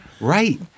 Right